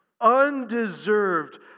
undeserved